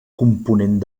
component